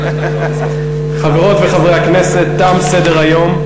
חברות וחברי הכנסת, תם סדר-היום.